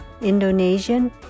Indonesian